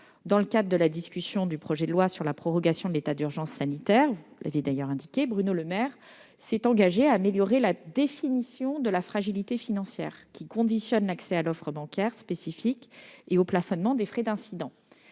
Dans le cadre de l'examen du projet de loi prorogeant l'état d'urgence sanitaire, Bruno Le Maire s'est engagé à améliorer la définition de la fragilité financière, qui conditionne l'accès à l'offre bancaire spécifique et au plafonnement des frais d'incidents.